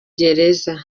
gereza